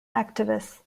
activists